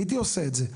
הייתי עושה את זה.